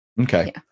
Okay